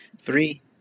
Three